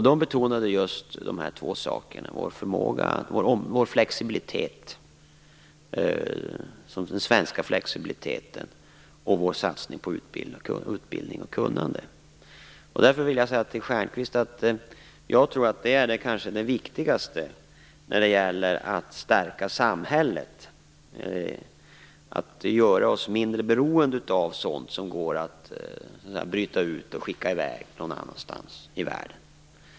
De betonade just dessa två saker: den svenska flexibiliteten och vår satsning på utbildning och kunnande. Därför vill jag säga till Stjernkvist att jag kanske tror att det viktigaste när det gäller att stärka samhället är att göra oss mindre beroende av sådant som går att bryta ut och skicka i väg någon annanstans i världen.